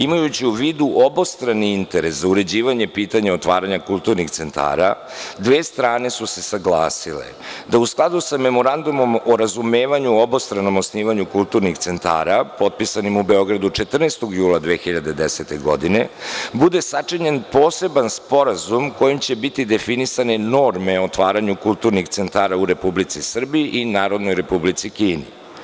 Imajući u vidu obostrani interes za uređivanje pitanja otvaranja kulturnih centara dve strane su se saglasile da u skladu sa Memorandumom o razumevanju obostranom osnivanju kulturnih centara potpisanim u Beogradu 14. jula 2010. godine bude sačinjen poseban sporazum kojim će biti definisane norme o otvaranju kulturnih centara u Republici Srbiji i Narodnoj Republici Kini.